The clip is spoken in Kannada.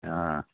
ಆಂ